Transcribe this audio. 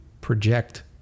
project